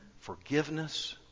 forgiveness